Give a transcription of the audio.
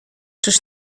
czyż